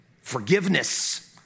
forgiveness